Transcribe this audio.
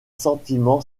sentiment